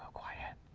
quiet.